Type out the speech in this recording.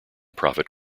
profit